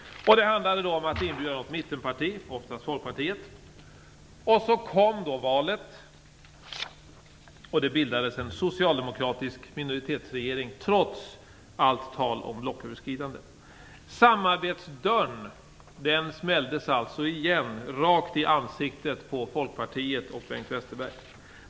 Det handlade om att inbjuda något mittenparti - Så kom då valet, och det bildades en socialdemokratisk minoritetsregering trots allt tal om blocköverskridande. Samarbetsdörren smälldes igen rakt i ansiktet på Folkpartiet och Bengt Westerberg.